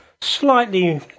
slightly